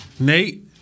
Nate